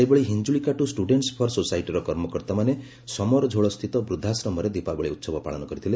ସେହିଭଳି ହିଞ୍ଚୁଳିକାଟୁ students for ସୋସିଇଟିର କର୍ମକର୍ତାମାନେ ସମରଝୋଳ ସ୍ଥିତ ବୃଦ୍ଧାଶ୍ରମରେ ଦୀପାବଳି ଉହବ ପାଳନ କରିଥିଲେ